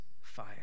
fire